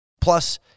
Plus